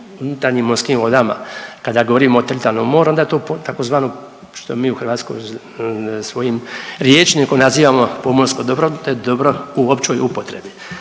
unutarnjim morskim vodama, kada govorimo o teritorijalnom moru onda je to tzv. što mi u Hrvatskoj svojim rječnikom nazivamo pomorsko dobro, to je dobro u općoj upotrebi.